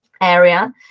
area